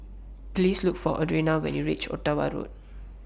Please Look For Audriana when YOU REACH Ottawa Road